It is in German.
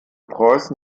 preußen